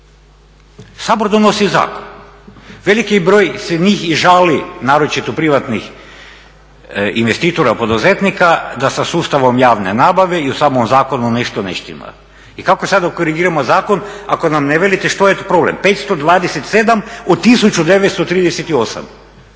Sabor donosi zakon, veliki broj se njih i žali naročito privatnih investitora, poduzetnika da sa sustavom javne nabave i u samom zakonu nešto ne štima. I kako sad da korigiramo zakon ako nam ne velite što je tu problem? 527 od 1938,